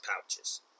pouches